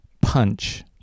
punch